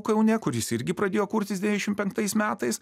kaune kuris irgi pradėjo kurtis devyniasdešim penktais metais